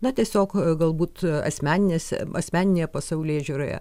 na tiesiog galbūt asmeninėse asmeninėje pasaulėžiūroje